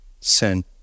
sin